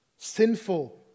Sinful